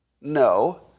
No